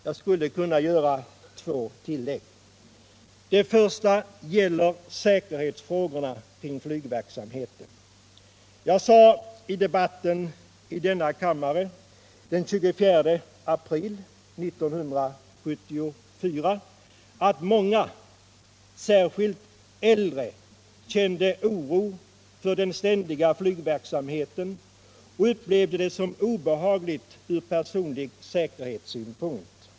Jag skulle kunna göra två tillägg. Det första gäller säkerhetsfrågorna kring flygverksamheten. Jag sade i debatten i denna kammare den 24 april 1975 att många — särskilt äldre — kände oro för den ständiga flygverksamheten och upplevde det som obehagligt ur personlig säkerhetssynpunkt.